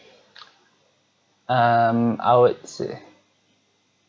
um I would say